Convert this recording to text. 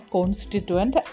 Constituent